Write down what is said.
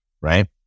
Right